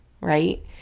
Right